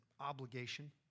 obligation